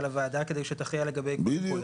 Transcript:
לוועדה כדי שתכריע לגבי --- בדיוק.